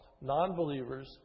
non-believers